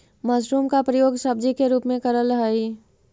mushroom का प्रयोग सब्जी के रूप में करल हई